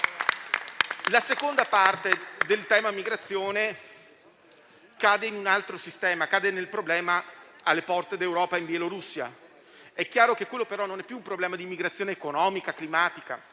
La seconda parte del tema migrazione ricade in un altro sistema, con il problema alle porte d'Europa, in Bielorussia. È chiaro che quello, però, non è più un problema di migrazione economica e climatica,